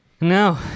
No